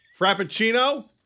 Frappuccino